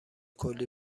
کولی